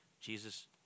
Jesus